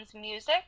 music